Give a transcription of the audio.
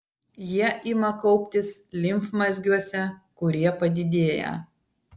jie ima kauptis limfmazgiuose kurie padidėja